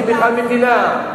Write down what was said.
אנחנו לא צריכים בכלל מדינה,